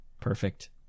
Perfect